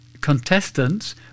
contestants